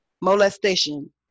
molestation